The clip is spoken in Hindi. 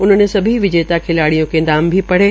उन्होंने सभी विजेता खिलाड़ियों के नाम भी पढ़े